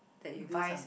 that you do something